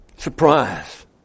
Surprise